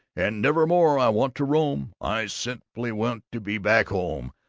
and never more i want to roam i simply want to be back home,